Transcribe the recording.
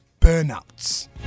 Burnouts